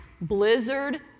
Blizzard